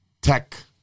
tech